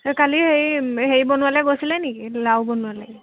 এই কালি হেৰি হেৰি বনোৱালৈ গৈছিলে নেকি লাওৃৰু বনোৱালৈ